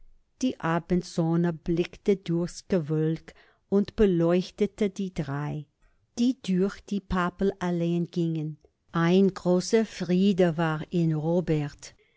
die abendsonne blickte durchs gewölk und beleuchtete die drei die durch die pappelallee gingen ein großer friede war in robert